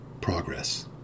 progress